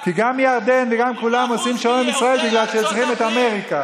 כי גם ירדן וגם כולם עושים שלום עם ישראל בגלל שהם צריכים את אמריקה.